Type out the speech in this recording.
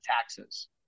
taxes